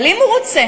אבל אם הוא רוצה